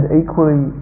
equally